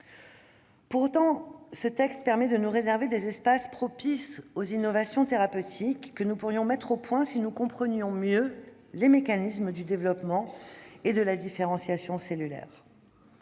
Toutefois, le projet de loi réserve des espaces propices aux innovations thérapeutiques que nous pourrions mettre au point, si nous comprenions mieux les mécanismes du développement et de la différenciation cellulaire.